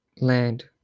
Land